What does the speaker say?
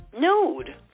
Nude